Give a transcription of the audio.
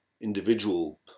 individual